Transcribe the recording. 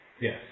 Yes